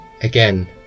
again